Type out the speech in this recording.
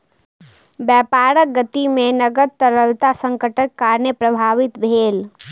व्यापारक गति में नकद तरलता संकटक कारणेँ प्रभावित भेल